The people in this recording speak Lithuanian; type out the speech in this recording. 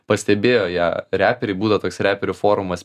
pastebėjo ją reperiai būna toks reperių forumas